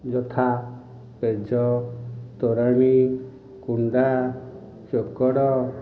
ଯଥା ପେଜ ତୋରାଣି କୁଣ୍ଡା ଚୋକଡ଼